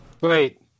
Wait